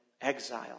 exile